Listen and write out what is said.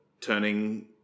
turning